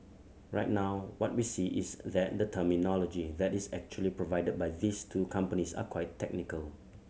right now what we see is then the terminology that is actually provided by these two companies are quite technical